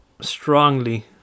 strongly